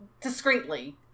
discreetly